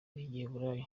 rw’igiheburayi